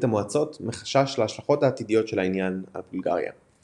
המועצות מחשש להשלכות העתידיות של העניין על בולגריה.